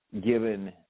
given